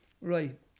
Right